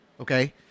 okay